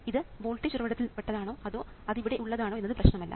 ഇത് വോൾട്ടേജ് ഉറവിടത്തിൽ പെട്ടതാണോ അതോ അത് അവിടെ ഉള്ളതാണോ എന്നത് പ്രശ്നമല്ല